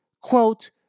Quote